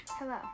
Hello